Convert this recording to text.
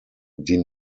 die